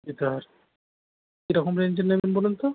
সীতাহার কী রকম রেঞ্জের নেবেন বলুন তো